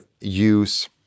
use